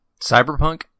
Cyberpunk